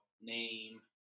name